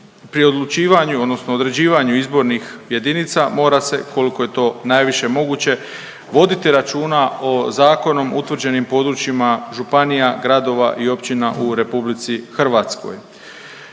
određivanju izbornih jedinica mora se koliko je to najviše moguće voditi računa o zakonom utvrđenim područjima županija, gradova i općina u RH. Kao